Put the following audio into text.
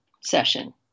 session